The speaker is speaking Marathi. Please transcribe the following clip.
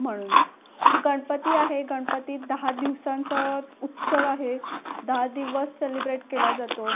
म्हणून गणपती आहे गणपती दहा दिवसांचं उत्सव आहे दहा दिवस सेलिब्रेट केला जातो